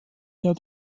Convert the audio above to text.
der